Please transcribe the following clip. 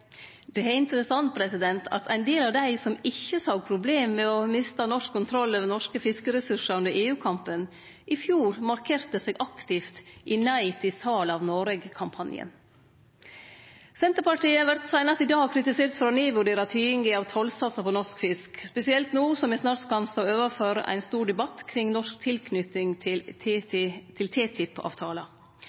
Det er interessant at ein del av dei som ikkje såg problem med å miste norsk kontroll over norske fiskeressursar under EU-kampen, i fjor markerte seg aktivt i Nei til sal av Noreg-kampanjen. Senterpartiet vert seinast i dag kritisert for å nedvurdere tydinga av tollsatsar på norsk fisk, spesielt no som me snart kan stå overfor ein stor debatt kring norsk tilknyting til